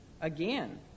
again